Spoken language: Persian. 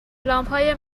لامپهای